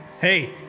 Hey